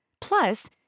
Plus